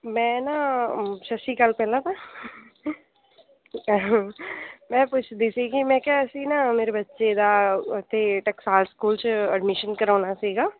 ਮੈਂ ਨਾ ਸਤਿ ਸ਼੍ਰੀ ਅਕਾਲ ਪਹਿਲਾਂ ਤਾਂ ਮੈਂ ਪੁੱਛਦੀ ਸੀ ਕਿ ਮੈਂ ਕਿਹਾ ਅਸੀਂ ਨਾ ਮੇਰੇ ਬੱਚੇ ਦਾ ਉੱਥੇ ਟਕਸਾਲ ਸਕੂਲ 'ਚ ਅਡਮੀਸ਼ਨ ਕਰਾਉਣਾ ਸੀਗਾ